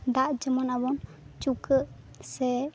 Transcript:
ᱫᱟᱜ ᱡᱮᱢᱚᱱ ᱟᱵᱚ ᱪᱩᱠᱟᱹᱜ ᱥᱮ